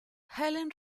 helen